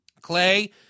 Clay